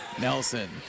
Nelson